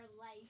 life